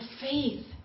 faith